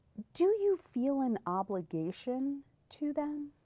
do you feel an obligation to them?